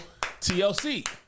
TLC